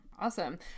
Awesome